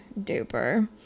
duper